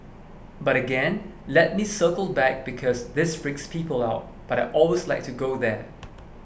but again let me circle back because this freaks people out but I always like to go there